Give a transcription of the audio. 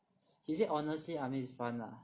he say honestly I mean it's fun lah